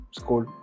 school